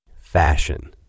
Fashion